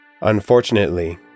Unfortunately